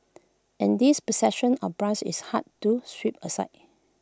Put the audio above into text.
and this perception of bias is hard to sweep aside